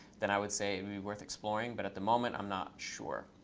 then i would say it would be worth exploring. but at the moment, i'm not sure.